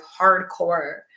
hardcore